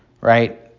right